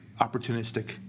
opportunistic